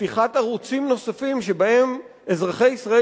פתיחת ערוצים נוספים שבהם אזרחי ישראל